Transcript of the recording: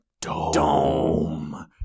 Dome